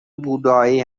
بودایی